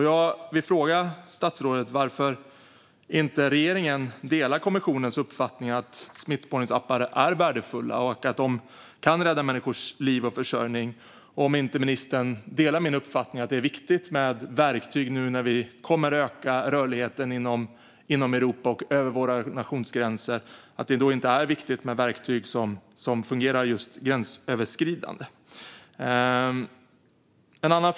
Jag vill fråga statsrådet varför inte regeringen delar kommissionens uppfattning att smittspårningsappar är värdefulla och att de kan rädda människors liv och försörjning och om ministern inte delar min uppfattning att det är viktigt med verktyg nu när vi kommer att öka rörligheten inom Europa och över våra nationsgränser och att det då är viktigt med verktyg som fungerar gränsöverskridande. Herr talman!